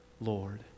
Lord